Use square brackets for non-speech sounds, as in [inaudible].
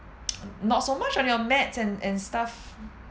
[noise] not so much on your maths and and stuff